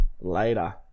later